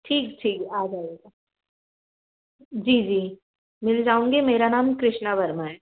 ठीक ठीक आ जायेगा जी जी मिल जाऊँगी मेरा नाम कृष्णा वर्मा है